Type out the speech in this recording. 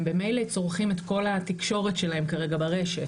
הם במילא צורכים את כל התקשורת שלהם כרגע ברשת,